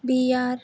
बीह् ज्हार